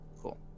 Cool